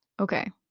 Okay